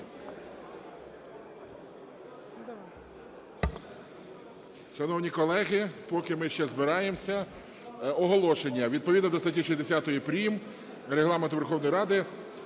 Шановні колеги, поки ми ще збираємося, оголошення. Відповідно до статті 60 прим. Регламенту Верховної Ради,